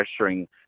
pressuring